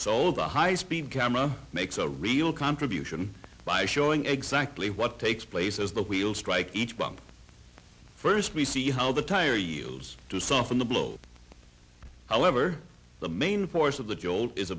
a high speed camera makes a real contribution by showing exactly what takes place as the wheels strike each bump first we see how the tire yields to soften the blow however the main force of the jolt is